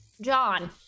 John